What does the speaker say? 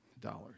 dollars